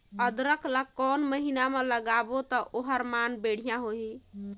अदरक ला कोन महीना मा लगाबो ता ओहार मान बेडिया होही?